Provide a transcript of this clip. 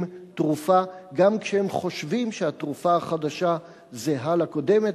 תרופה גם כשהם חושבים שהתרופה החדשה זהה לקודמת.